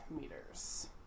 meters